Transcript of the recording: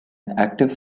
active